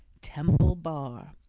temple bar.